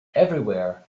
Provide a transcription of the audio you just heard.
everywhere